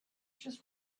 just